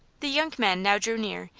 the young men now drew near,